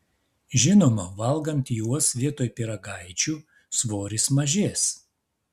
žinoma valgant juos vietoj pyragaičių svoris mažės